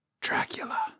Dracula